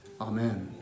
amen